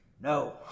No